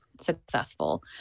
successful